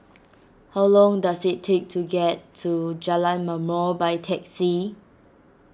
how long does it take to get to Jalan Ma'mor by taxi